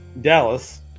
Dallas